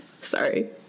Sorry